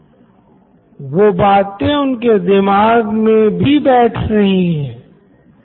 Nitin Kurian COO Knoin electronics तो फिर या तो आप इसको एक बेहतर अधिगम के परिणाम स्वरूप बेहतर शैक्षणिक प्रदर्शन की तरह